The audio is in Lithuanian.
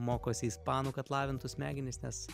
mokosi ispanų kad lavintų smegenis nes